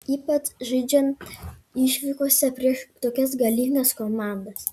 ypač žaidžiant išvykose prieš tokias galingas komandas